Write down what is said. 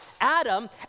Adam